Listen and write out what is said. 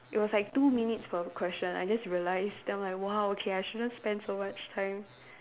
it was like two minutes per question I just realise then I was like !wow! okay I shouldn't spent so much time